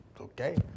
Okay